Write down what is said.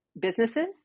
businesses